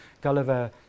Gulliver